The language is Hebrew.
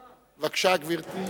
בבקשה, גברתי.